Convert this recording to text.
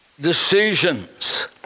decisions